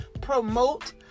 promote